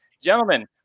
gentlemen